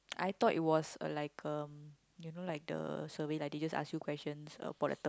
I thought it was like um you know like the survey like they just ask you questions uh follow tep~